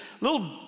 little